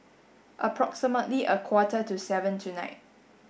approximately a quarter to seven tonight